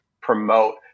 promote